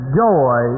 joy